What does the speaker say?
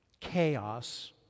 chaos